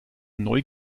neu